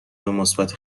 مثبت